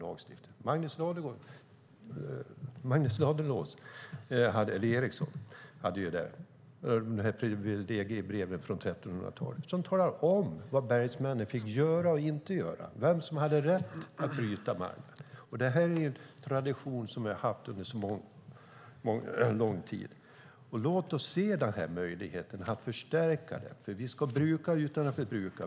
Redan i Magnus Erikssons privilegiebrev på 1300-talet talade man om vad bergsmännen fick och inte fick göra, vem som hade rätt att bryta malm. Det är alltså en tradition vi haft under mycket lång tid. Låt oss se på möjligheten att förstärka den. Vi ska bruka utan att förbruka.